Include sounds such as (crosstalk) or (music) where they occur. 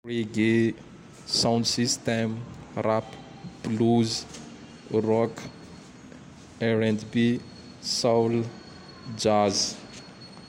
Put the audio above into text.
(noise) Reggae, (noise) sound system, (noise) rap, (noise) blouse, (noise) rock, (noise) R&B, (noise) soul, (noise) jazz. (noise)